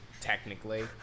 technically